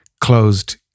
closed